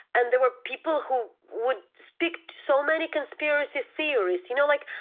and there were people who would speak to so many conspiracy theorists. you know, like,